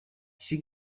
she